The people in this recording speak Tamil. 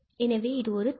எனவே இது ஒரு தீர்வு